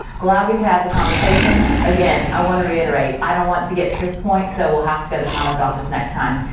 glad we could have the conversation, again i want to reiterate i don't want to get to this point, so we'll have to get the conduct office next time.